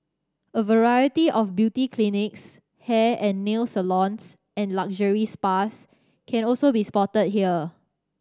a variety of beauty clinics hair and nail salons and luxury spas can also be spotted here